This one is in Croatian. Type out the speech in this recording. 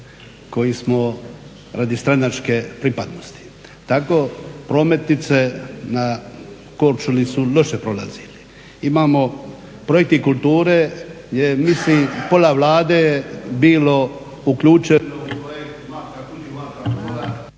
ceh radi stranačke pripadnosti. Tako prometnice na Korčuli su loše prolazile. Imamo projekti kulture je mislim pola Vlade bilo …/Govornik nije uključen./… od